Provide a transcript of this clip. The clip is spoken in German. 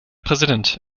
präsident